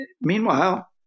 meanwhile